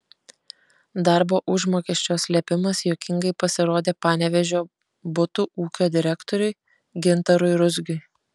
darbo užmokesčio slėpimas juokingai pasirodė panevėžio butų ūkio direktoriui gintarui ruzgiui